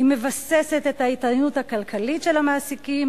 היא מבססת את ההתעניינות הכלכלית של המעסיקים